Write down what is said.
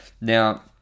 Now